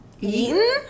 eaten